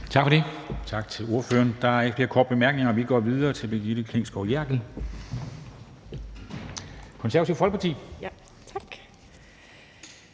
Tak for det. Tak til ordføreren. Der er ikke flere korte bemærkninger, og vi går videre til fru Brigitte Klintskov Jerkel, Det Konservative Folkeparti. Kl.